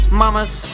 mamas